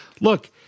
look